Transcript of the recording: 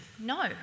no